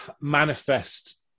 manifest